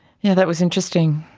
yeah that was interesting,